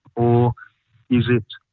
or is it,